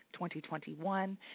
2021